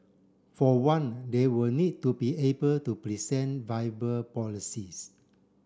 for one they will need to be able to present viable policies